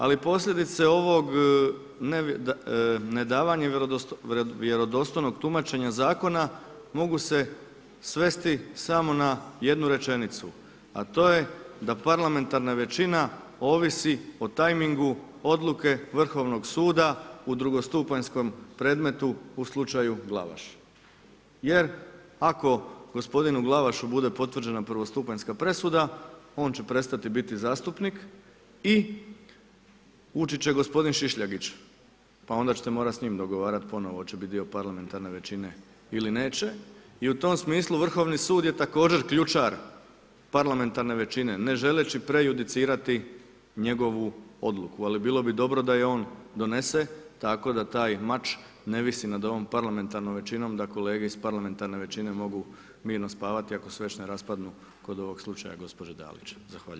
Ali posljedice ovog nedavanja vjerodostojnog tumačenja Zakona mogu se svesti samo na jednu rečenicu, a to je da parlamentarna većina ovisi o tajmingu odluke Vrhovnog suda u drugostupanjskom predmetu u slučaju Glavaš jer ako gospodinu Glavašu bude potvrđena prvostupanjska presuda, on će prestati biti zastupnik i ući će gospodin Šišljagić, pa onda ćete morati s njim dogovarati hoće li biti dio parlamentarne većine ili neće i u tom smislu Vrhovni sud je također ključar parlamentarne većine, ne želeći prejudicirati njegovu odluku, ali bilo bi dobro da je on donese tako da taj mač ne visi nad ovom parlamentarnom većinom da kolege iz palamentarne većine mogu mirno spavati ako se već ne raspadnu kod ovog slučaja gospođe Dalić.